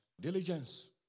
Diligence